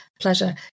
Pleasure